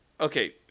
Okay